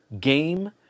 game